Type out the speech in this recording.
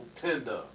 tender